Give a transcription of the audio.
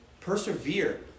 persevere